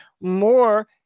more